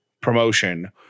promotion